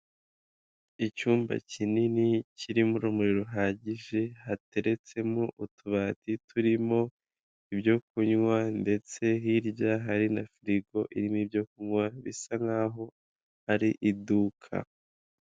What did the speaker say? Icyumba kinini kirimo urumuri ruhagije hateretsemo utubati turimo ibyo kunywa ndetse hirya hari na firigo irimo ibyo kunywa bisa nkaho ari iduka.